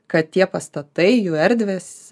kad tie pastatai jų erdvės